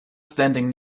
standing